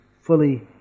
fully